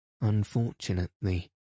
Unfortunately